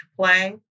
play